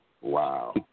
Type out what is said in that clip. Wow